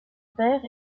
père